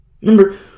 Remember